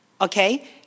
Okay